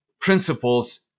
principles